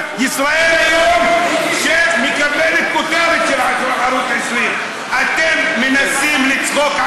ישראל היום מקבל כותרת של ערוץ 20. אתם מנסים לצחוק,